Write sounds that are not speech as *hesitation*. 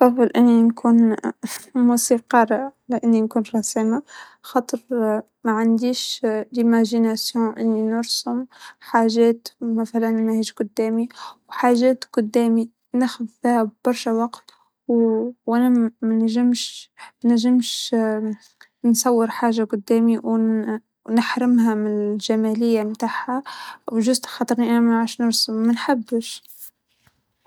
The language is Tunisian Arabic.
ما بحب الرسم لكني موهوبة فيه، كيف ما بدي؟ لإني مرة رسمي حلو، وجد حلو، لكن *hesitation* أعتقد إنها الموهبة لكن *hesitation* ما بحب الرسم، وكذلك ما بفهم بالموسيقى ف-ترا راح أختار الرسم بما إني *hesitation* شاطرة فيه إلي حد ما راح أختار الرسم.